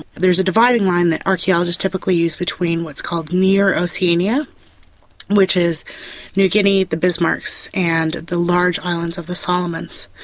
there's a dividing line that archaeologists typically use between what is called near oceania which is new guinea, the bismarcks and the large islands of the solomons,